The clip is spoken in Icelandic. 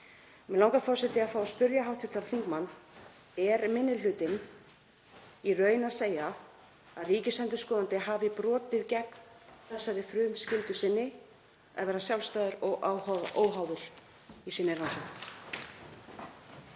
Mig langar, forseti, að fá að spyrja hv. þingmann: Er minni hlutinn í raun að segja að ríkisendurskoðandi hafi brotið gegn þeirri frumskyldu sinni að vera sjálfstæður og óháður í sinni rannsókn?